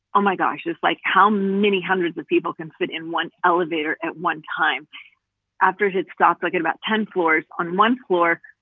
oh my gosh it's like how many hundreds of people can fit in one elevator at one time after it had stopped looking about ten floors on one floor.